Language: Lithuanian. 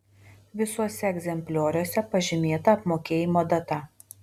visuose egzemplioriuose pažymėta apmokėjimo data